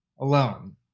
alone